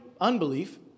unbelief